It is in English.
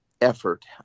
effort